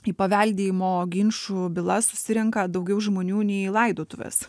į paveldėjimo ginčų bylas susirenka daugiau žmonių nei į laidotuves